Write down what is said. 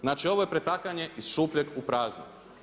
Znači ovo je pretakanje iz šupljeg u prazno.